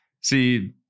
See